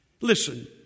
Listen